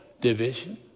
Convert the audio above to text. division